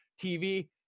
TV